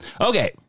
Okay